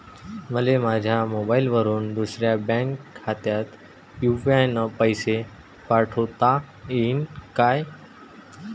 मले माह्या मोबाईलवरून दुसऱ्या बँक खात्यात यू.पी.आय न पैसे पाठोता येईन काय?